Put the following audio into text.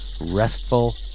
restful